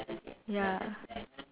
ya